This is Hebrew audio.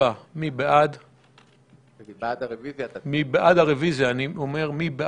אגב, לא שאלתי מי נמנע לסעיף 1. אני שואל מי נמנע?